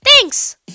Thanks